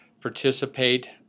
participate